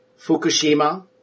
Fukushima